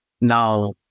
Now